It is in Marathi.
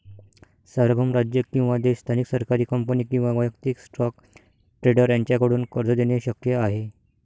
सार्वभौम राज्य किंवा देश स्थानिक सरकारी कंपनी किंवा वैयक्तिक स्टॉक ट्रेडर यांच्याकडून कर्ज देणे शक्य आहे